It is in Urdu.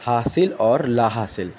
حاصل اور لاحاصل